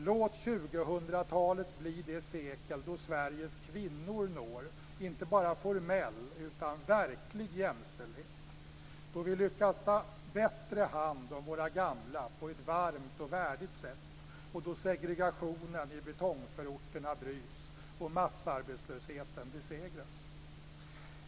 Låt 2000-talet bli det sekel då Sveriges kvinnor når inte bara formell utan också verklig jämställdhet, då vi lyckas ta bättre hand om våra gamla på ett varmt och värdigt sätt och då segregationen i betongförorterna bryts och massarbetslösheten besegras!